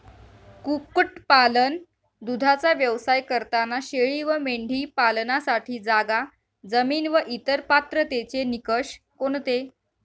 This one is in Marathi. कुक्कुटपालन, दूधाचा व्यवसाय करताना शेळी व मेंढी पालनासाठी जागा, जमीन व इतर पात्रतेचे निकष कोणते?